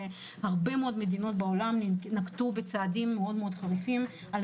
והרבה מאוד מדינות בעולם נקטו צעדים חריפים מאוד